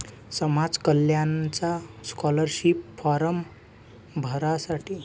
समाज कल्याणचा scholarship form भरासाठी कुनाले भेटा लागन?